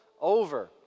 over